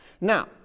Now